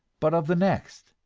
but of the next,